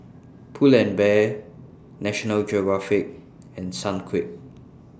Pull and Bear National Geographic and Sunquick